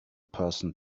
person